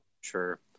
sure